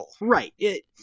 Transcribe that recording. Right